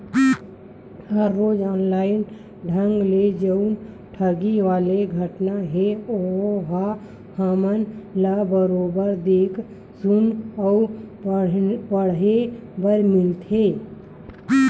हर रोज ऑनलाइन ढंग ले जउन ठगी वाले घटना हे ओहा हमन ल बरोबर देख सुने अउ पड़हे बर मिलत हे